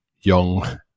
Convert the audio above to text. young